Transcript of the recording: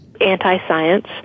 anti-science